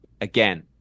again